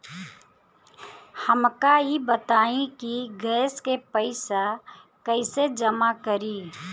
हमका ई बताई कि गैस के पइसा कईसे जमा करी?